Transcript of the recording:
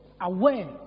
aware